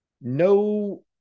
no